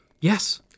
Yes